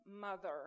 mother